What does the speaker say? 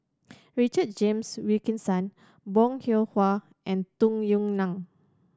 Richard James Wilkinson Bong Hiong Hwa and Tung Yue Nang